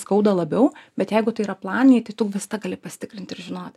skauda labiau bet jeigu tai yra planiniai tai tu visada gali pasitikrinti ir žinot